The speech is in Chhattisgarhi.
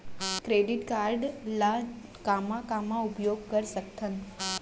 डेबिट कारड ला कामा कामा उपयोग कर सकथन?